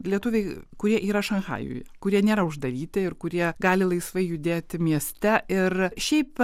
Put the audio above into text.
lietuviai kurie yra šanchajuje kurie nėra uždaryti ir kurie gali laisvai judėti mieste ir šiaip